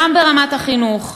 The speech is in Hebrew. גם ברמת החינוך,